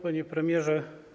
Panie Premierze!